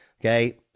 Okay